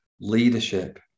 leadership